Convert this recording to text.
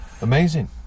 amazing